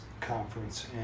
conference